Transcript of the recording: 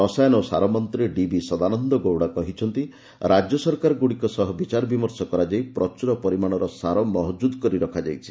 ରସାୟନ ଓ ସାର ମନ୍ତ୍ରୀ ଡିବି ସଦାନନ୍ଦ ଗୌଡ଼ା କହିଛନ୍ତି ରାଜ୍ୟ ସରକାରଗୁଡ଼ିକ ସହ ବିଚାର ବିମର୍ଶ କରାଯାଇ ପ୍ରଚୂର ପରିମାଣର ସାର ମହକୁଦ୍ କରି ରଖାଯାଇଛି